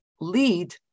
lead